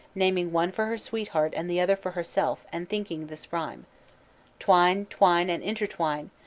naming one for her sweetheart and the other for herself, and thinking this rhyme twine, twine, and intertwine.